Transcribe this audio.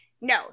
no